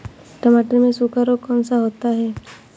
टमाटर में सूखा रोग कौन सा होता है?